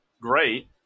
great